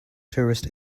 tourist